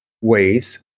ways